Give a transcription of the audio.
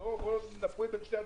בואו נפריד בין שני הדברים.